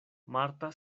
marta